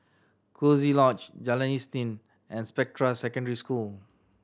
Coziee Lodge Jalan Isnin and Spectra Secondary School